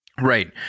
Right